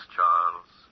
Charles